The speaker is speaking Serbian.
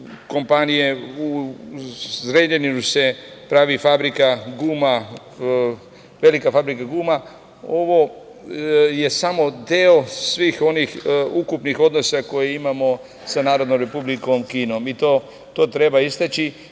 Boru. U Zrenjaninu se pravi velika fabrika guma. Ovo je samo deo svih onih ukupnih odnosa koje imamo sa Narodnom Republikom Kinom i to treba istaći.O